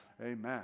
amen